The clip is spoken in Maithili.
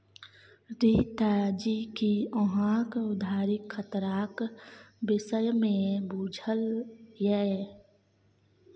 रीता जी कि अहाँक उधारीक खतराक विषयमे बुझल यै?